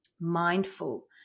mindful